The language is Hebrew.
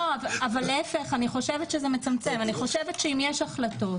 להפך, אני חושבת שזה מצמצם, אם יש החלטות